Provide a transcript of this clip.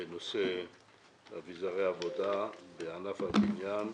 אביזרי עבודה בענף הבניין.